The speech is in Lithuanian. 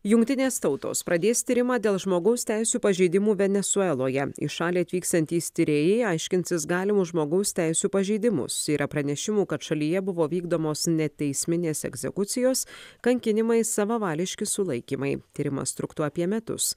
jungtinės tautos pradės tyrimą dėl žmogaus teisių pažeidimų venesueloje į šalį atvyksiantys tyrėjai aiškinsis galimus žmogaus teisių pažeidimus yra pranešimų kad šalyje buvo vykdomos neteisminės egzekucijos kankinimai savavališki sulaikymai tyrimas truktų apie metus